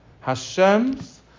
Hashem's